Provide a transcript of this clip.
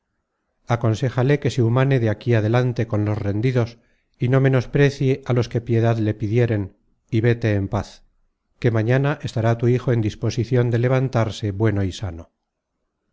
aconsejale que se humane de aquí adelante con los rendidos y no menosprecie á los que piedad le pidieren y véte en paz que mañana estará tu hijo en disposicion de levantarse bueno y sano